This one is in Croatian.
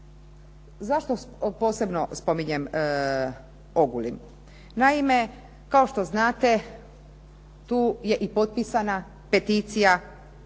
zašto posebno spominjem Ogulin? Naime, kao što znate tu je i potpisana peticija